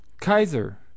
kaiser